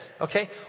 Okay